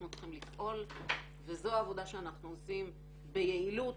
צריכים לפעול וזו עבודה שאנחנו עושים ביעילות,